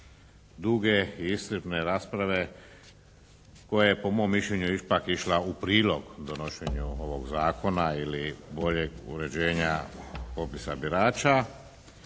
duge i iscrpne rasprave koja je po mom mišljenju ipak išla u prilog donošenju ovog zakona ili boljeg uređenja popisa birača